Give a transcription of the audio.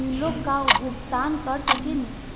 बिलों का भुगतान कर सकतानी